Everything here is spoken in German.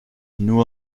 nur